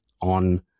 on